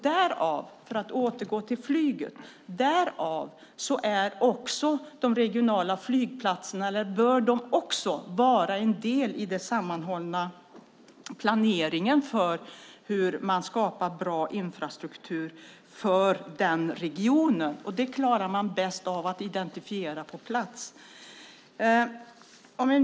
De regionala flygplatserna bör också vara en del av den sammanhållna planeringen när det gäller att skapar bra infrastruktur för regionen. Det klarar man bäst om man identifierar på plats.